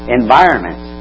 environment